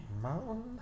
mountain